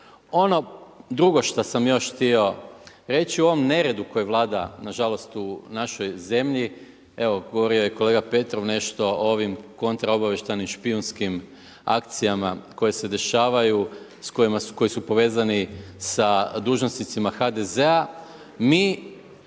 Ono drugo što sam još htio reći, u ovom neredu koji vlada, nažalost u našoj zemlji, govorio je kolega Petrov, o ovim kontra obavještajno špijunskim akcijama, koje se dešavaju, koje su povezani sa dužnosnicima HDZ-a mi